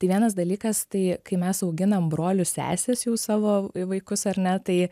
tai vienas dalykas tai kai mes auginam brolius seses jau savo vaikus ar ne tai